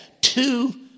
two